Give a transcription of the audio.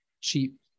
cheap